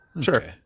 sure